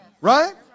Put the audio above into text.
Right